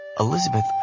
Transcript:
Elizabeth